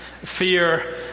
fear